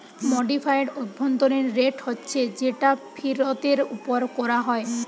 modified অভ্যন্তরীণ rate হচ্ছে যেটা ফিরতের উপর কোরা হয়